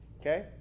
Okay